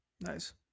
Nice